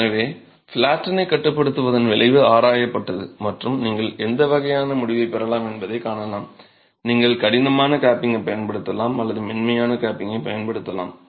எனவே ஃப்ளாடனைக் கட்டுப்படுத்துவதன் விளைவு ஆராயப்பட்டது மற்றும் நீங்கள் எந்த வகையான முடிவைப் பெறலாம் என்பதைக் காணலாம் நீங்கள் கடினமான கேப்பிங்கைப் பயன்படுத்தலாம் அல்லது மென்மையான கேப்பிங்கைப் பயன்படுத்தலாம்